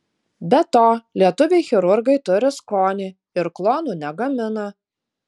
be to lietuviai chirurgai turi skonį ir klonų negamina